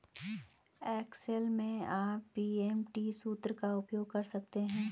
Excel में आप PMT सूत्र का उपयोग कर सकते हैं